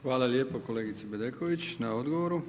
Hvala lijepo kolegice Bedeković na odgovoru.